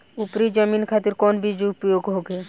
उपरी जमीन खातिर कौन बीज उपयोग होखे?